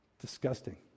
Disgusting